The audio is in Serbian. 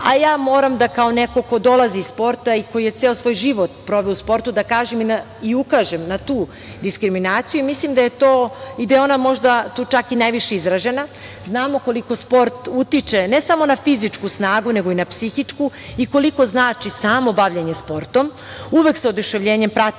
a ja moram da kao neko ko dolazi iz sporta i koji je ceo svoj život proveo u sportu da kažem i ukažem na tu diskriminaciju. Mislim da je ona možda tu čak i najviše izražena. Znamo koliko sport utiče ne samo na fizičku snagu, nego i na psihičku i koliko znači samo bavljenje sportom. Uvek sa oduševljenjem pratim